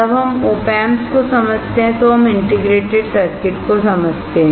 जब हम Op Amps को समझते हैंतो हम इंटीग्रेटेड सर्किट को समझते हैं